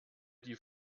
die